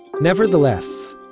Nevertheless